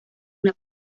una